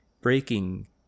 breaking